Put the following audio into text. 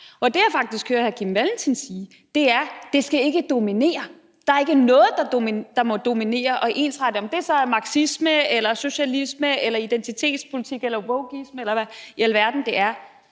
Og det, jeg faktisk hører hr. Kim Valentin sige, er, at det ikke skal dominere, at der ikke er noget, der må dominere og ensrette, om det så er marxisme, socialisme, identitetspolitik, wokeisme, eller hvad i alverden det kan